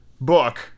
book